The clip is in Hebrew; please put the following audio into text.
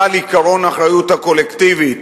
חל עקרון האחריות הקולקטיבית.